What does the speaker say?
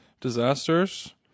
disasters